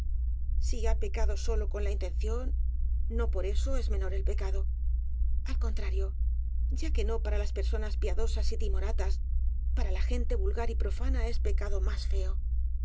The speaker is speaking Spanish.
ha pecado sólo con la intención no por eso es menor el pecado al contrario ya que no para las personas piadosas y timoratas para la gen te vulgar y profana es pecado más feo